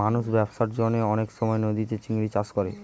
মানুষ ব্যবসার জন্যে অনেক সময় নদীতে চিংড়ির চাষ করে